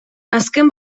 azken